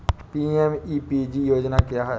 PMEPG योजना क्या है?